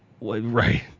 Right